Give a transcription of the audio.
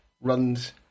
runs